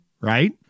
Right